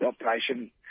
operation